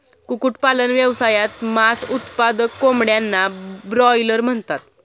कुक्कुटपालन व्यवसायात, मांस उत्पादक कोंबड्यांना ब्रॉयलर म्हणतात